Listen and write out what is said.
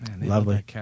Lovely